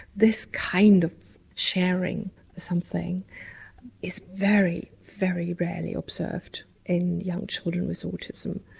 this kind of sharing something is very, very rarely observed in young children with autism.